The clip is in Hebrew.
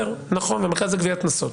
במרכז לגביית קנסות.